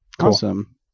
Awesome